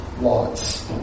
lots